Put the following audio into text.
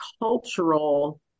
cultural